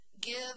Give